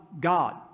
God